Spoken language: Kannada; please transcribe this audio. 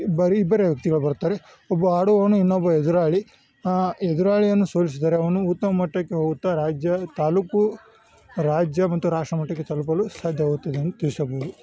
ಬರಿ ಇಬ್ಬರೇ ವ್ಯಕ್ತಿಗಳು ಬರುತ್ತಾರೆ ಒಬ್ಬ ಆಡುವವನು ಇನ್ನೊಬ್ಬ ಎದುರಾಳಿ ಎದುರಾಳಿಯನ್ನು ಸೋಲಿಸಿದರೆ ಅವನು ಉತ್ತಮ ಮಟ್ಟಕ್ಕೆ ಹೋಗುತ್ತಾ ರಾಜ್ಯ ತಾಲೂಕು ರಾಜ್ಯ ಮತ್ತು ರಾಷ್ಟ್ರ ಮಟ್ಟಕ್ಕೆ ತಲುಪಲು ಸಾಧ್ಯವಾಗುತ್ತದೆಂದು ತಿಳಿಸಬಹುದು